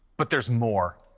but there's more,